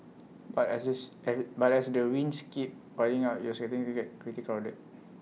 but as this but as the wins keep piling up IT was starting to get pretty crowded